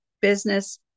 business